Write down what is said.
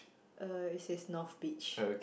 uh it says north beach